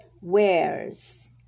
wears